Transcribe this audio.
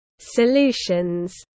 solutions